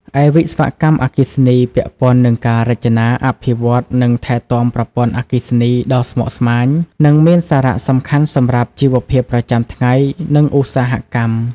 ឯវិស្វកម្មអគ្គិសនី ពាក់ព័ន្ធនឹងការ រចនា អភិវឌ្ឍន៍ និងថែទាំប្រព័ន្ធអគ្គិសនី ដ៏ស្មុគស្មាញ និងមានសារៈសំខាន់សម្រាប់ជីវភាពប្រចាំថ្ងៃ និងឧស្សាហកម្ម។